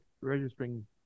registering